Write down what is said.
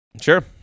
sure